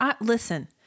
listen